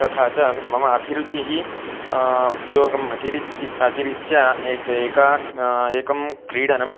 तथा च मम अभिरुचिः उद्योगम् अतिरिच्य अतिरिच्य एकम् एकम् एकं क्रीडनं